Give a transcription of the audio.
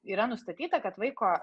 yra nustatyta kad vaiko